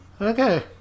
Okay